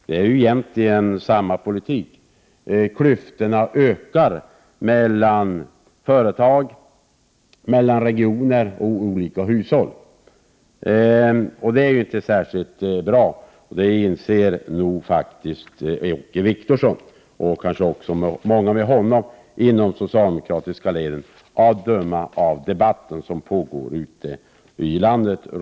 Det är egentligen samma politik. Klyftorna ökar mellan företag, mellan regioner och mellan olika hushåll. Det är inte särskilt bra. Det inser nog Åke Wictorsson och kanske många med honom inom de socialdemokratiska leden, att döma av den debatt som pågår runt om i landet.